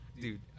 Dude